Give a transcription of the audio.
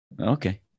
Okay